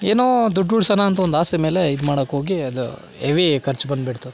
ಏನೋ ದುಡ್ಡು ಉಳ್ಸೋಣ ಅಂತ ಒಂದು ಆಸೆ ಮೇಲೆ ಇದು ಮಾಡಕ್ಕೋಗಿ ಅದು ಎವಿ ಖರ್ಚು ಬಂದುಬಿಡ್ತು